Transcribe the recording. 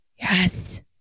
Yes